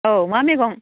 औ मा मैगं